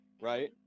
Right